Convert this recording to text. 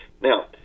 Now